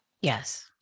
Yes